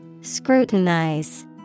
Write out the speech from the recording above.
Scrutinize